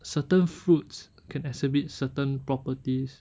certain fruits can exhibit certain properties